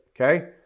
okay